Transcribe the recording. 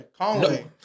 Conway